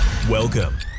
Welcome